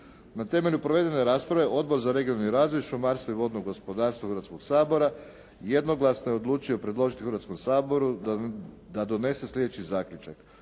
Na temelju provedene rasprave Odbor za regionalni razvoj, šumarstvo i vodno gospodarstvo Hrvatskog sabora jednoglasno je odlučio predložiti Hrvatskom saboru da donese sljedeći zaključak,